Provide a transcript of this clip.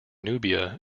nubia